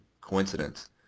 coincidence